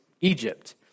Egypt